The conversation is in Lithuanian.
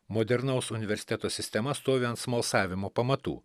modernaus universiteto sistema stovi ant smalsavimo pamatų